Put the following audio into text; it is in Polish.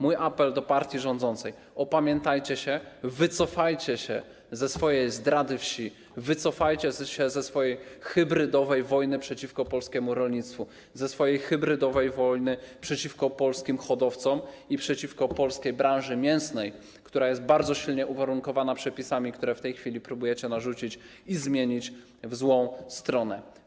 Mój apel do partii rządzącej: opamiętajcie się, wycofajcie się ze swojej zdrady wsi, wycofajcie się ze swojej hybrydowej wojny przeciwko polskiemu rolnictwu, ze swojej hybrydowej wojny przeciwko polskim hodowcom i przeciwko polskiej branży mięsnej, która jest bardzo silnie uwarunkowana przepisami, które w tej chwili próbujecie narzucić i zmienić w złą stronę.